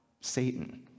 Satan